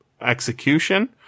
execution